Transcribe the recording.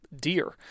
deer